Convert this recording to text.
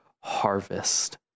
harvest